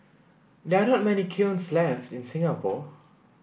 there are not many kilns left in Singapore